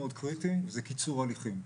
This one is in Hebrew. חינוך,